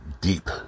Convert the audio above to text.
deep